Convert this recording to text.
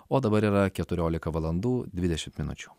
o dabar yra keturiolika valandų dvidešimt minučių